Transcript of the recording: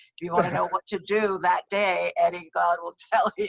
do you want to know what to do that day? eddie glaude will tell you.